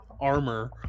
armor